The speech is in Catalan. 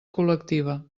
col·lectiva